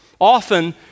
Often